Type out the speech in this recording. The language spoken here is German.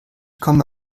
komme